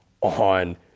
on